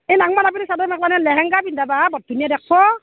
এই নাংমান আপীটোক চাদৰ মেখলা নে লেহেংগা পিন্ধাবা বৰ ধুনীয়া দেখাব